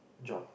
job